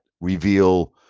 reveal